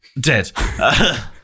Dead